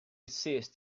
ceased